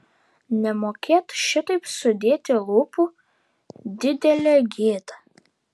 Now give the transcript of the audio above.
nemokėt šitaip sudėti lūpų didelė gėda